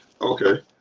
okay